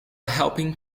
helping